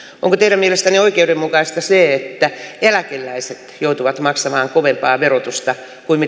onko teidän mielestänne oikeudenmukaista se että eläkeläiset joutuvat maksamaan kovempaa verotusta kuin